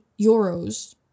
euros